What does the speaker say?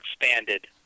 expanded